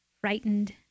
frightened